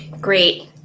great